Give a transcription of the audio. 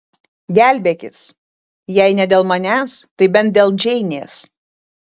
gelbėkis jei ne dėl manęs tai bent dėl džeinės